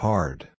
Hard